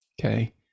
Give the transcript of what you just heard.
Okay